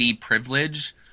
privilege